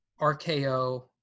RKO